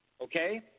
Okay